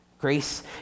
Grace